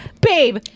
babe